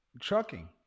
Trucking